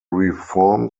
reform